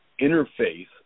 interface